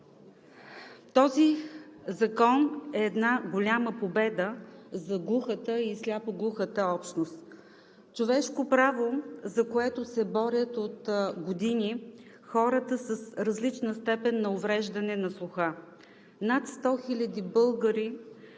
Този закон е една голяма победа за глухата и сляпо-глухата общност, човешко право, за което се борят от години хората с различна степен на увреждане на слуха. Над 100 хиляди българи